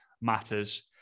matters